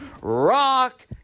rock